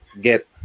get